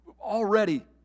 already